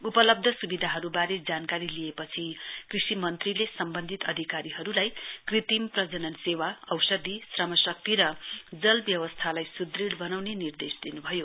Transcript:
उपलब्ध स्बिधाहरुवारे जानकारी लिएपछि कृषि मन्त्री सम्वन्धित अधिकारीलाई कृत्रिम प्रजनन सेवाऔषधी श्रमशक्ति र जल व्यवस्थालाई सुढृढ़ बनाउने निर्देश दिन्भयो